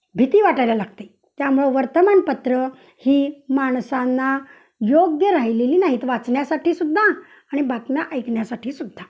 भीती वाटायला लागते त्यामुळं वर्तमानपत्रं ही माणसांना योग्य राहिलेली नाहीत वाचण्यासाठी सुद्धा आणि बातम्या ऐकण्यासाठी सुद्धा